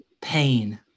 pain